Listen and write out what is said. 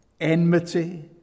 enmity